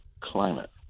climate